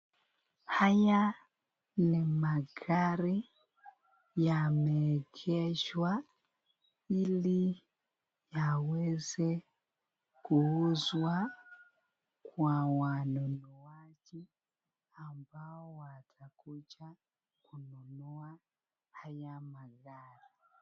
Haya ni magari yameegeshwa ili yaweze kuuzwa kwa wanunuaji ambao watakuja kunua haya magari.